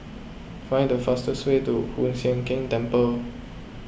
find the fastest way to Hoon Sian Keng Temple